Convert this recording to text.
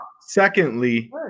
Secondly